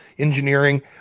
engineering